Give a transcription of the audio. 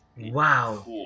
Wow